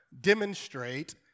demonstrate